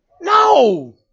No